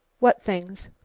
what things?